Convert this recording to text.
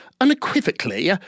unequivocally